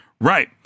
right